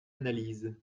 analyse